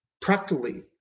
practically